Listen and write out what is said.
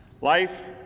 Life